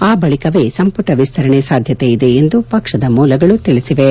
ಆ ಬಳಿಕವೇ ಸಂಪುಟ ವಿಸ್ತರಣೆ ಸಾಧ್ಯತೆ ಇದೆ ಎಂದು ಪಕ್ಷದ ಮೂಲಗಳು ತಿಳಿಸಿವೆ